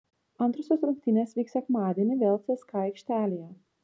antrosios rungtynės vyks sekmadienį vėl cska aikštelėje